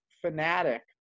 fanatic